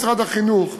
משרד החינוך,